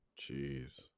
Jeez